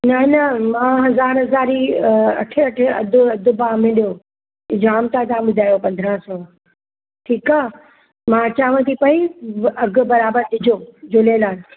न न मां हज़ार हज़ार ई अठें अठें अधि भाव में ॾियो जामु था तव्हां ॿुधायो पंदरहां सौ ठीकु आहे मां अचांव थी पई अघु बराबरु ॾिजो झूलेलाल